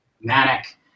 manic